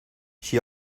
she